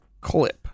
clip